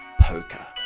Poker